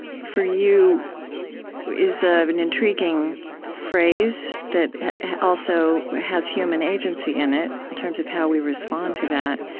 for you is ah an intriguing phrase that also has human agency in it, in terms of how we respond to that.